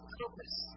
purpose